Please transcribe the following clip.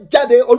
Jade